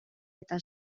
eta